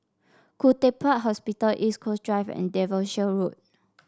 Khoo Teck Puat Hospital East Coast Drive and Devonshire Road